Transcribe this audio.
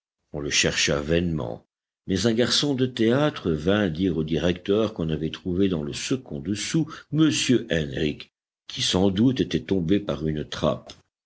on le chercha vainement mais un garçon de théâtre vint dire au directeur qu'on avait trouvé dans le second dessous m henrich qui sans doute était tombé par une trappe